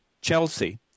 Chelsea